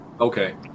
Okay